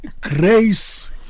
grace